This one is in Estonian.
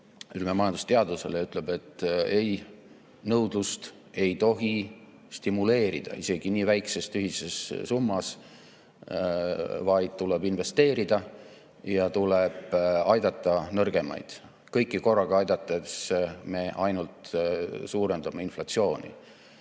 ja majandusteadusele ja ütleb, et nõudlust ei tohi stimuleerida isegi nii väikses, tühises summas, vaid tuleb investeerida. Tuleb aidata nõrgemaid, kõiki korraga aidates me ainult suurendame inflatsiooni.